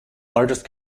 largest